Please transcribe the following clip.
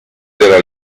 della